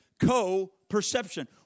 Co-perception